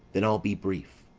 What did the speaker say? then i'll be brief.